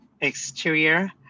exterior